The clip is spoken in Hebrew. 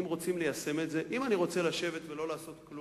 אם רוצים ליישם את זה,